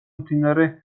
მდინარე